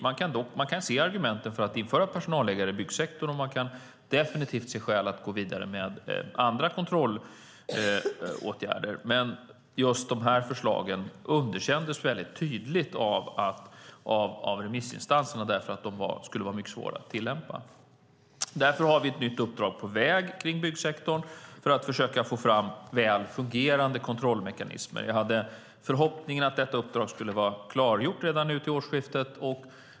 Man kan se argumenten för att införa personalliggare i byggsektorn och man kan definitivt se skäl att gå vidare med andra kontrollåtgärder. Men just de här förslagen underkändes väldigt tydligt av remissinstanserna därför att de skulle vara mycket svåra att tillämpa. Därför har vi ett nytt uppdrag på väg kring byggsektorn för att försöka få fram väl fungerande kontrollmekanismer. Jag hade förhoppningen att detta uppdrag skulle vara klargjort redan till årsskiftet.